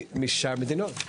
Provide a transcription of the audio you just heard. משאר המדינות.